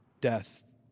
death